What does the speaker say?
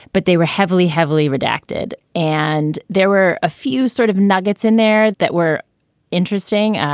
but they were heavily, heavily redacted. and there were a few sort of nuggets in there that were interesting.